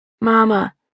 Mama